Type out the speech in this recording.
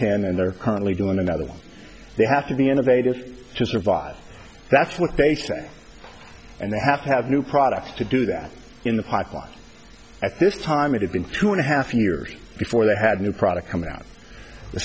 ten and they're currently doing another one they have to be innovative to survive that's what they say and they have to have new products to do that in the pipeline at this time it had been two and a half years before they had a new product coming out the